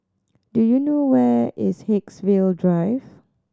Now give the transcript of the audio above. do you know where is Haigsville Drive